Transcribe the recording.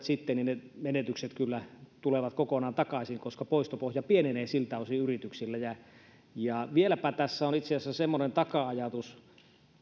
sitten ne menetykset kyllä tulevat kokonaan takaisin koska poistopohja pienenee siltä osin yrityksillä ja ja vieläpä tässä on itse asiassa semmoinen taka ajatus